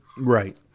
Right